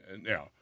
Now